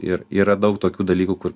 ir yra daug tokių dalykų kur